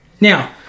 Now